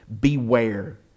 beware